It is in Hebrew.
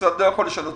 המשרד לא יכול לשנות